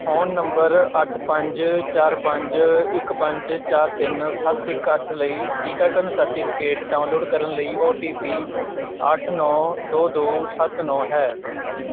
phone number ਅੱਠ ਪੰਜ ਚਾਰ ਪੰਜ ਇੱਕ ਪੰਜ ਚਾਰ ਤਿੰਨ ਸੱਤ ਇੱਕ ਅੱਠ ਲਈ ਟੀਕਾਕਰਨ ਸਰਟੀਫਿਕੇਟ ਡਾਊਨਲੋਡ ਕਰਨ ਲਈ ਓ ਟੀ ਪੀ ਅੱਠ ਨੌ ਦੋ ਦੋ ਸੱਤ ਨੌ ਹੈ